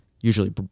usually